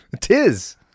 Tis